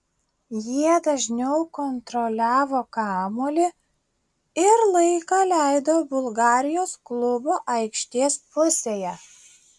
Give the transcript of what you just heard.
jie dažniau kontroliavo kamuolį ir laiką leido bulgarijos klubo aikštės pusėje